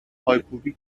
پایکوبی